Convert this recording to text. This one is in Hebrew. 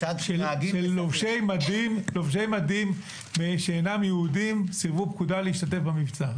שלובשי מדים שאינם יהודים סירבו פקודה להשתתף במבצע?